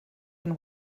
been